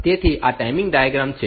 તેથી આ timing diagram છે